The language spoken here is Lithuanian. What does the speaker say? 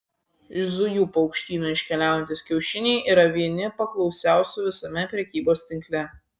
iš zujų paukštyno iškeliaujantys kiaušiniai yra vieni paklausiausių visame prekybos tinkle